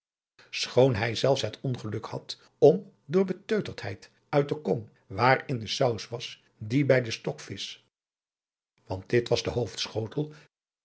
hij zelfs het ongeluk had om door beteuterdheid uit de kom waarin de saus was die bij den stokvisch want dit was de